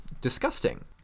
disgusting